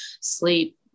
sleep